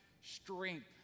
strength